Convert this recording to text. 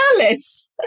alice